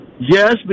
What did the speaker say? Yes